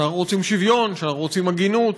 שאנחנו רוצים שוויון, שאנחנו רוצים הגינות,